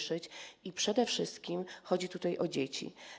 Przede wszystkim chodzi tutaj o dzieci.